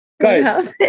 Guys